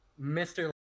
Mr